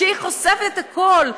שהיא חושפת הכול,